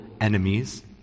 enemies